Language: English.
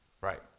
Right